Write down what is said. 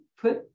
put